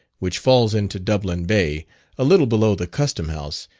which falls into dublin bay a little below the custom-house,